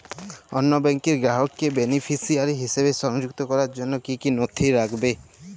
অন্য ব্যাংকের গ্রাহককে বেনিফিসিয়ারি হিসেবে সংযুক্ত করার জন্য কী কী নথি লাগবে?